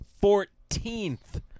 fourteenth